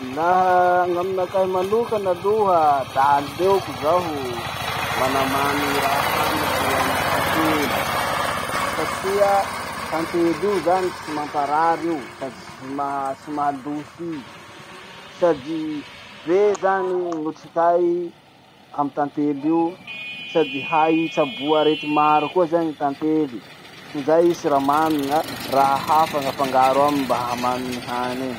Laha gn'aminakahy manokana aloha, la aleoko zaho manamamy ny raha haniko amy tantely. Satria tantely io zany tsy mamparary io, sady tsy maha lo hy, sady be zany gn'otrikay amy tantely io, sady hay itsaboa arety maro koa zany ny tantely, tozay i siramamy na raha hafa gn'afangaro aminy mba hahamany ny hany iny.